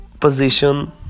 position